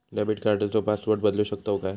Debit कार्डचो password बदलु शकतव काय?